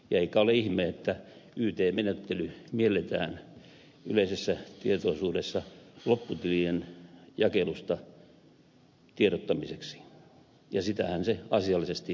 eikä ole ihme että yt menettely mielletään yleisessä tietoisuudessa lopputilien jakelusta tiedottamiseksi ja sitähän se asiallisesti onkin